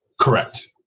Correct